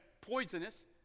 poisonous